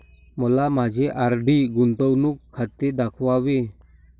मला माझे आर.डी गुंतवणूक खाते दाखवावे